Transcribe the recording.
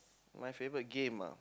my favourite game ah